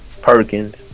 Perkins